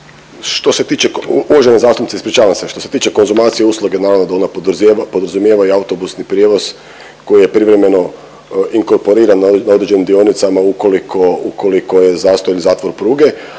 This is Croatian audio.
što se tiče konzumacije usluge naravno da ona podrazumijeva i autobusni prijevoz koji je privremeno inkorporiran na određenim dionicama ukoliko, ukoliko je zastojem zatvor pruge,